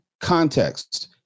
context